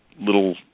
little